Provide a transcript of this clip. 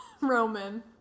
Roman